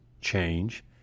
change